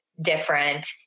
different